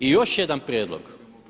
I još jedan prijedlog.